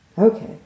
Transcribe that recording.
Okay